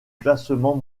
classement